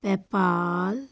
PayPal